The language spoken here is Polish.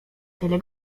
tyle